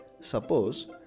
Suppose